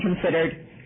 considered